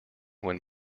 when